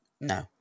No